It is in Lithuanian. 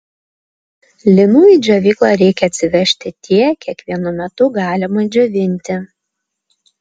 linų į džiovyklą reikia atsivežti tiek kiek vienu metu galima džiovinti